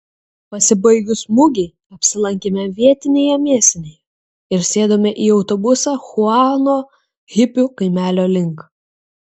pasibaigus mugei apsilankėme vietinėje mėsinėje ir sėdome į autobusą chuano hipių kaimelio link